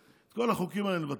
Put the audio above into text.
את כל החוקים האלה נבטל.